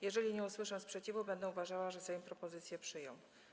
Jeżeli nie usłyszę sprzeciwu, będę uważała, że Sejm propozycję przyjął.